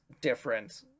different